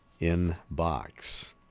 Inbox